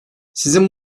sizin